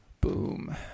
Boom